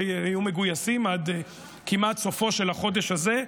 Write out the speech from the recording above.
שהיו מגויסים עד כמעט סופו של החודש הזה,